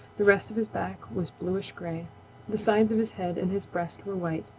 the rest of his back was bluish-gray. the sides of his head and his breast were white.